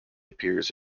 appears